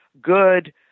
good